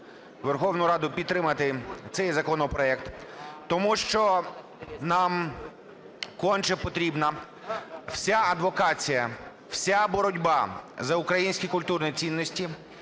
Верховну Раду підтримати цей законопроект, тому що нам конче потрібна вся адвокація, вся боротьба за українські культурні цінності